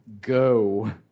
go